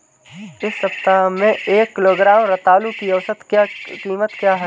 इस सप्ताह में एक किलोग्राम रतालू की औसत कीमत क्या है?